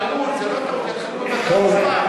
זה טעות,